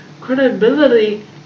credibility